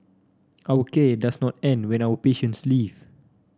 our care does not end when our patients leave